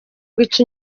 guca